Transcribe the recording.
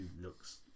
looks